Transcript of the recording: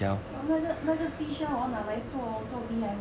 那那个那个 seashell 我要拿来做做 D_I_Y 的